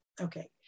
Okay